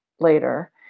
later